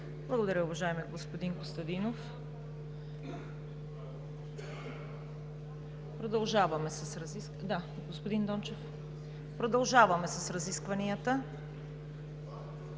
Благодаря, уважаеми господин Костадинов. Продължаваме с разискванията.